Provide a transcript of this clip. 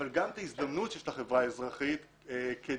אבל גם זו הזדמנות של החברה האזרחית כדי